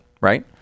right